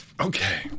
Okay